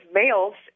males